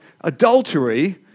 adultery